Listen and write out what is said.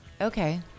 Okay